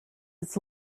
its